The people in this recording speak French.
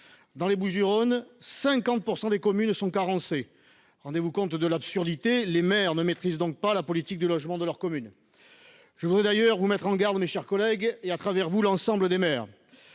Dans les Bouches du Rhône, 50 % des communes sont carencées. Rendez vous compte de l’absurdité : les maires ne maîtrisent donc pas la politique de logement de leur commune ! Je voudrais d’ailleurs vous mettre en garde, mes chers collègues, et à travers vous l’ensemble des maires.